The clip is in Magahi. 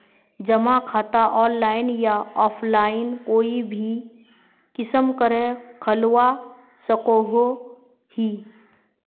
जमा खाता ऑनलाइन या ऑफलाइन कोई भी किसम करे खोलवा सकोहो ही?